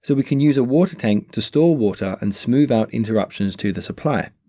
so we can use a water tank to store water and smooth out interruptions to the supply.